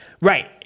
Right